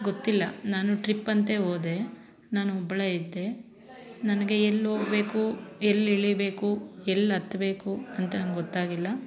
ಗೊತ್ತಿಲ್ಲ ನಾನು ಟ್ರಿಪ್ ಅಂತ ಹೋದೆ ನಾನು ಒಬ್ಬಳೇ ಇದ್ದೆ ನನಗೆ ಎಲ್ಲಿ ಹೋಗಬೇಕು ಎಲ್ಲಿ ಇಳೀಬೇಕು ಎಲ್ಲಿ ಹತ್ತಬೇಕು ಅಂತ ನನಗೆ ಗೊತ್ತಾಗಿಲ್ಲ